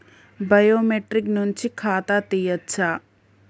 Biometric నుంచి ఖాతా తీయచ్చా?